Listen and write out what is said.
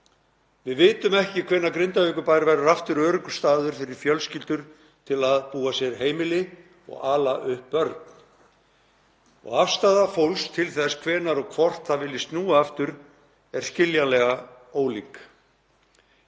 Við vitum ekki hvenær Grindavíkurbær verður aftur öruggur staður fyrir fjölskyldur til að búa sér heimili og ala upp börn og afstaða fólks til þess hvenær og hvort það vilji snúa aftur er skiljanlega ólík.